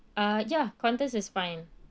uh ya qantas is fine